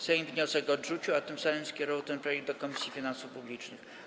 Sejm wniosek odrzucił, a tym samym skierował ten projekt do Komisji Finansów Publicznych.